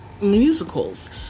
musicals